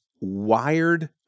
wired